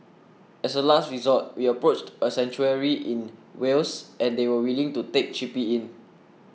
as a last resort we approached a sanctuary in Wales and they were willing to take Chippy in